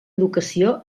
educació